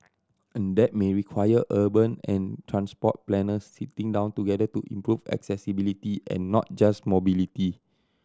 and that may require urban and transport planners sitting down together to improve accessibility and not just mobility